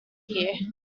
here